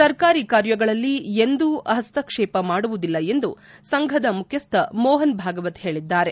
ಸರ್ಕಾರಿ ಕಾರ್ಯಗಳಲ್ಲಿ ಎಂದೂ ಹಸ್ತಕ್ಷೇಪ ಮಾಡುವುದಿಲ್ಲ ಎಂದು ಸಂಘದ ಮುಖ್ಯಸ್ಥ ಮೋಹನ್ ಭಾಗವತ್ ಹೇಳಿದ್ದಾರೆ